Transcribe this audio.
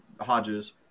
Hodges